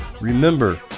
Remember